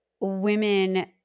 women